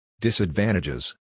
Disadvantages